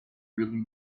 really